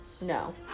no